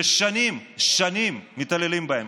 ששנים מתעללים בהם,